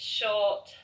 short